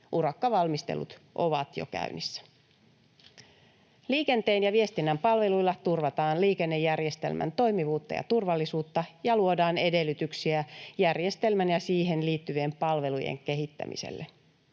Urakkavalmistelut ovat jo käynnissä. Liikenteen ja viestinnän palveluilla turvataan liikennejärjestelmän toimivuutta ja turvallisuutta ja luodaan edellytyksiä järjestelmän ja siihen liittyvien palvelujen kehittämiselle.